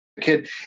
kid